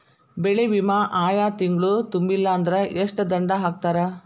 ಬೆಳೆ ವಿಮಾ ಆಯಾ ತಿಂಗ್ಳು ತುಂಬಲಿಲ್ಲಾಂದ್ರ ಎಷ್ಟ ದಂಡಾ ಹಾಕ್ತಾರ?